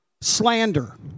Slander